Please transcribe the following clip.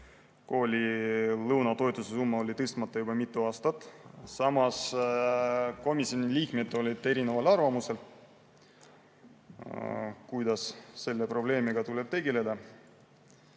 Koolilõunatoetuse summa on tõstmata juba mitu aastat. Samas komisjoni liikmed olid erineval arvamusel, kuidas selle probleemiga tuleb tegeleda